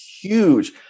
huge